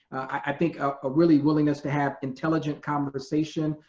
i think, a really willingness to have intelligent conversation,